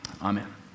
Amen